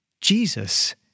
Jesus